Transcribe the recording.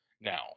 Now